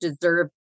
deserve